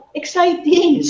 exciting